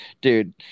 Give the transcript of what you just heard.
dude